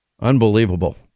Unbelievable